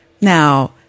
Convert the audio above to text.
Now